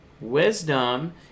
Wisdom